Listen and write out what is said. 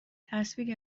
تصویری